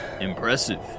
Impressive